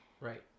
right